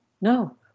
no